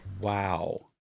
Wow